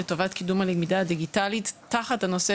לטובת קידום הלמידה הדיגיטלית תחת הנושא